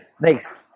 Next